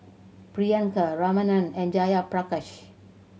Priyanka Ramnath and Jayaprakash